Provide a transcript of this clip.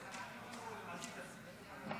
אני רוצה לנצל את המצב